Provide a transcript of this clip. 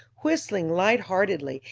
whistling light-heartedly,